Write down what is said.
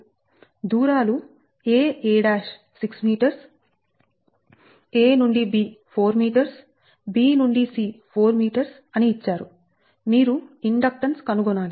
దూరాలు aa 6ma నుండి b 4mb నుండి c 4m అని ఇచ్చారు మీరు ఇండక్టెన్స్ కనుగొనాలి